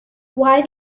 why